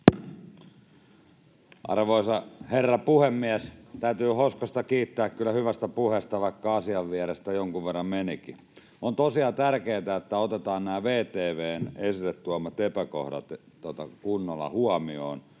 Arvoisa herra puhemies! Täytyy Hoskosta kiittää kyllä hyvästä puheesta, vaikka asian vierestä jonkun verran menikin. On tosiaan tärkeätä, että otetaan nämä VTV:n esille tuomat epäkohdat kunnolla huomioon